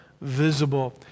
visible